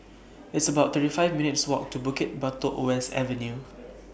It's about thirty five minutes' Walk to Bukit Batok West Avenue